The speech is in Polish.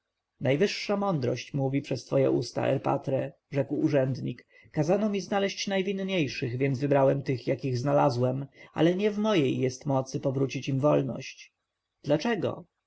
najwyższa mądrość mówi przez twoje usta erpatre rzekł urzędnik kazano mi znaleźć najwinniejszych więc wybrałem tych jakich znalazłem ale nie w mojej mocy jest powrócić im wolność dlaczego